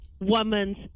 woman's